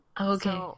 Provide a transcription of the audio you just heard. Okay